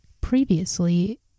previously